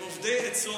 הם אובדי עצות.